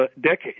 decades